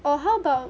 or how about